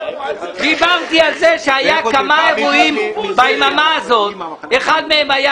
דיברתי על כך שהיו כמה אירועים ביממה הזאת ואחד מהם היה